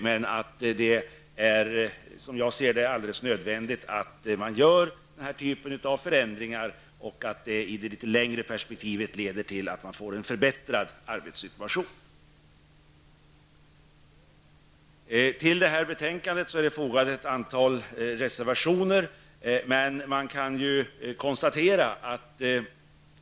Men som jag redan har sagt är det alldeles nödvändigt att genomföra den här typen av förändringar. I ett litet längre perspektiv leder sådana här förändringar till en förbättrad arbetssituation. Till detta betänkande är ett antal reservationer fogade.